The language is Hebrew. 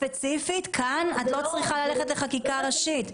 ספציפית כאן את לא צריכה ללכת לחקיקה ראשית.